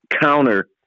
counter